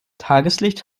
tageslicht